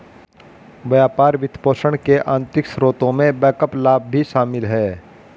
व्यापार वित्तपोषण के आंतरिक स्रोतों में बैकअप लाभ भी शामिल हैं